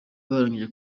barangije